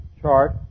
chart